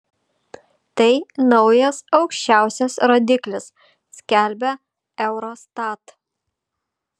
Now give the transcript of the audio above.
tai naujas aukščiausias rodiklis skelbia eurostat